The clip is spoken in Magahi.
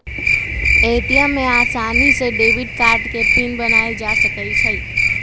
ए.टी.एम में आसानी से डेबिट कार्ड के पिन बनायल जा सकई छई